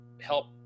help